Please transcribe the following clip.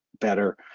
better